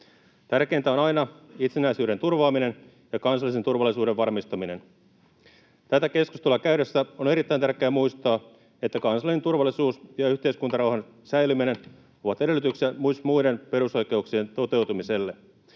Tärkeintä on aina itsenäisyyden turvaaminen ja kansallisen turvallisuuden varmistaminen. Tätä keskustelua käydessä on erittäin tärkeää muistaa, että kansallinen turvallisuus ja yhteiskuntarauhan säilyminen ovat edellytyksiä myös muiden perusoikeuksien toteutumiselle.